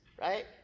right